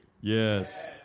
Yes